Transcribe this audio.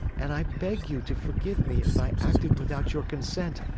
and i beg you to forgive me if i acted without your consent,